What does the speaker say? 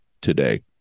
today